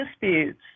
disputes